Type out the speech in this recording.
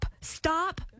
stop